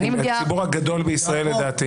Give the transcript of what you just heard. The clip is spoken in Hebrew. זה הציבור הגדול בישראל לדעתי.